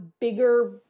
bigger